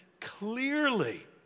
clearly